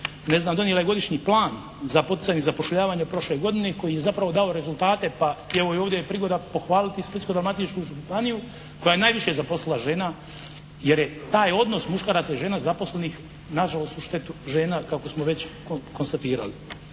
ne znam donijela je godišnji plan za poticanje zapošljavanja prošle godine koji je zapravo dao rezultate pa i evo ovdje je prigoda pohvaliti Splitsko-dalmatinsku županiju koja je najviše zaposlila žena, jer je taj odnos muškaraca i žena zaposlenih na žalost u štetu žena kako smo već konstatirali.